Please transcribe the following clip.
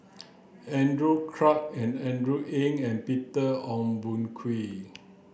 Andrew Clarke and Andrew Ang and Peter Ong Boon Kwee